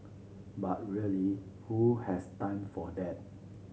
but really who has time for that